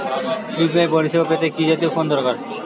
UPI পরিসেবা পেতে কি জাতীয় ফোন দরকার?